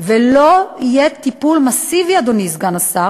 ולא יהיה טיפול מסיבי, אדוני סגן השר,